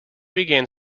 began